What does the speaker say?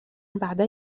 بعد